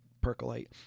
percolate